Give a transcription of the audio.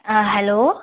hello